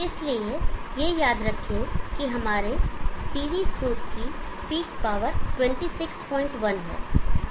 इसलिए यह याद रखें कि हमारे पीवी स्रोत की पीक पावर 261 है